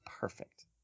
perfect